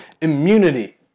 immunity